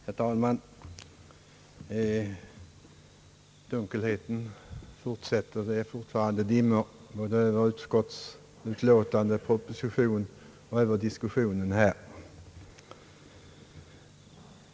Herr talman! Dunkelheten består, det ligger fortfarande dimmor både över utskottsutlåtandet, propositionen och över diskussionen här.